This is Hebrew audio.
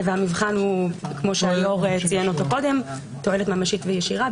והמבחן הוא כאמור תועלת ממשית וישירה.